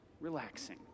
relaxing